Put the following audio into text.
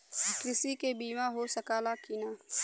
कृषि के बिमा हो सकला की ना?